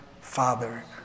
father